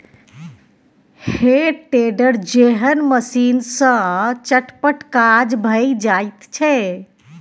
हे टेडर जेहन मशीन सँ चटपट काज भए जाइत छै